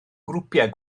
grwpiau